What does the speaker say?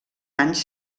anys